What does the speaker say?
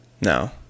no